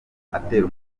atera